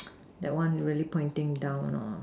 that one really pointing down or not